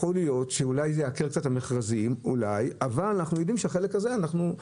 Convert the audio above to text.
יכול להיות שזה ייקר קצת את המכרזים אבל אנחנו יודעים שהחלק הזה יסודר.